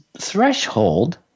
threshold